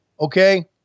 okay